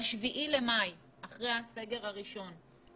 אחרי הסגר הראשון.